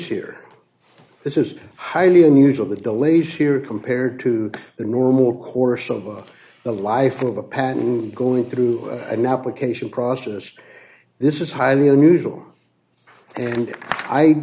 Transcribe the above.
here this is highly unusual the delays here compared to the normal course of the life of a patton going through an application process this is highly unusual and i